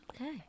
Okay